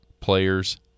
players